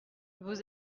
vous